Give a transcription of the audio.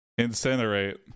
incinerate